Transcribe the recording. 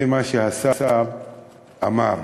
זה מה שהשר אמר.